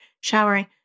showering